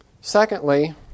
Secondly